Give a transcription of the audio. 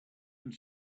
and